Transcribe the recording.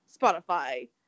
spotify